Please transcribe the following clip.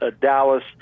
Dallas